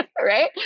right